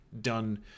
done